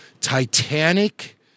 titanic